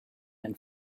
and